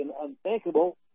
unthinkable